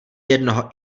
jednoho